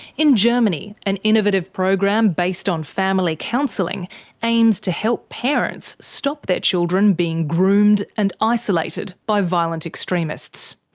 in germany, an innovative program based on family counselling aims to help parents stop their children being groomed and isolated by violent extremists.